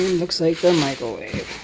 looks like the microwave.